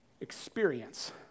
experience